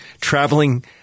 traveling